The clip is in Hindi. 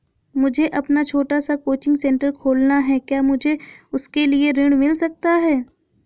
मुझे अपना छोटा सा कोचिंग सेंटर खोलना है क्या मुझे उसके लिए ऋण मिल सकता है?